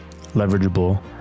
leverageable